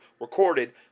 recorded